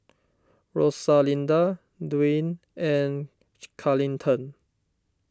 Rosalinda Duane and Carleton